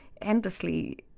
endlessly